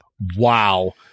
wow